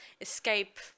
escape